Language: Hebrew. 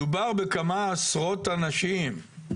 מדובר בכמה עשרות אנשים,